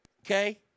Okay